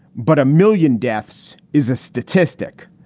but a million deaths is a statistic.